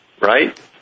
right